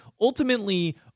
ultimately